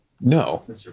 No